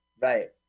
Right